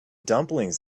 dumplings